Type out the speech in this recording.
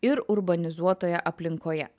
ir urbanizuotoje aplinkoje